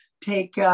take